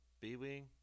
B-Wing